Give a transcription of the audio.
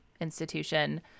institution